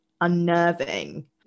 unnerving